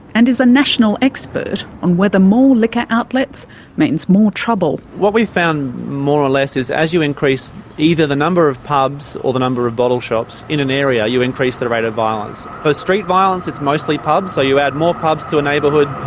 and is a national expert on whether more liquor outlets mean more trouble. what we've found, more or less, is as you increase either the number of pubs or the number of bottle shops in an area, you increase the rate of violence. for street violence it's mostly pubs, so you add more pubs to a neighbourhood,